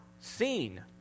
seen